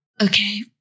okay